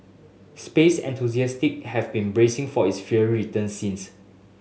space enthusiast have been bracing for its fiery return since